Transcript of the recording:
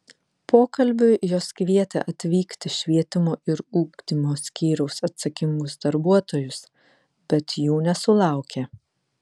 pokalbiui jos kvietė atvykti švietimo ir ugdymo skyriaus atsakingus darbuotojus bet jų nesulaukė